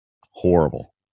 Horrible